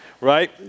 right